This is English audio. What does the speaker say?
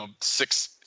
six